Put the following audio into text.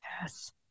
Yes